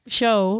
show